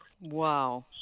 Wow